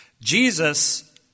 Jesus